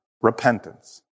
Repentance